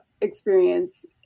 experience